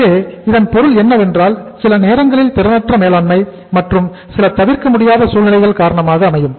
எனவே இதன் பொருள் என்னவென்றால் சில நேரங்களில் திறனற்ற மேலாண்மை மற்றும் சில தவிர்க்க முடியாத சூழ்நிலைகள் காரணமாக அமையும்